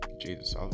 jesus